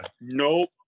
Nope